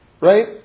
Right